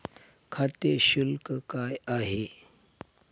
खाते शुल्क काय आहे?